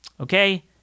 Okay